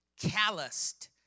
calloused